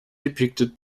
depicted